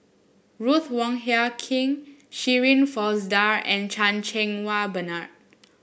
Ruth Wong Hie King Shirin Fozdar and Chan Cheng Wah Bernard